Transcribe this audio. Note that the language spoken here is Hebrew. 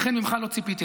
ולכן ממך לא ציפיתי.